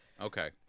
Okay